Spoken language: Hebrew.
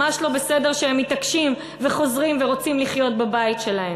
ממש לא בסדר שהם מתעקשים וחוזרים ורוצים לחיות בבית שלהם.